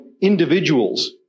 individuals